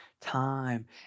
time